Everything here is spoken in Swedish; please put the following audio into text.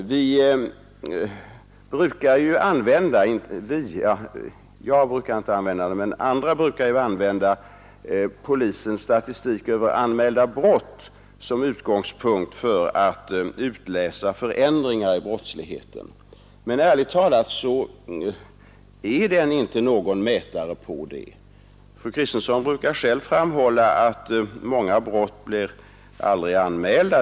Jag brukar inte göra det, men andra använder gärna polisens statistik över anmälda brott som utgångspunkt för att utläsa förändringar i brottsligheten. Men ärligt talat är den statistiken inte någon bra mätare därvidlag. Fru Kristensson brukar själv framhålla att många brott aldrig blir anmälda.